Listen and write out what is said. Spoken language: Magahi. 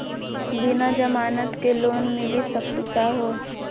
बिना जमानत के लोन मिली सकली का हो?